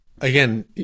again